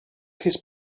his